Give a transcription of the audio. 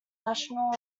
national